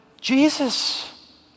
Jesus